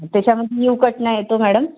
त्याच्यामध्ये यूकट ना येतो मॅडम